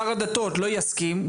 שר הדתות לא יסכים,